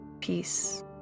peace